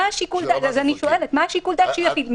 אז אני שואלת: מה שיקול הדעת שיפעיל?